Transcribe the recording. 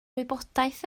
wybodaeth